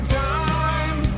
time